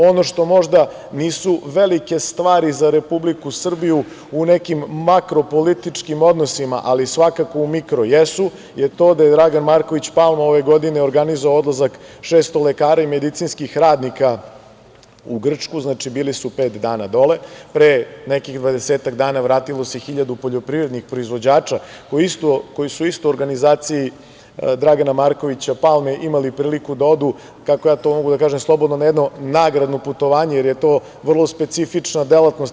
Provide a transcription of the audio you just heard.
Ono što možda nisu velike stvari za Republiku Srbiju u nekim makropolitičkim odnosima, ali svakako u mikro jesu, je to da je Dragan Marković Palma ove godine organizovao odlazak 600 lekara i medicinskih radnika u Grčku, znači bili su pet dana dole, pre nekih 20-ak dana vratilo se hiljadu poljoprivrednih proizvođača koji su isto u organizaciji Dragana Markovića Palme imali priliku da odu, kako ja to mogu da kažem slobodno na jedno nagradno putovanje, jer je to vrlo specifična delatnost.